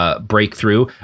Breakthrough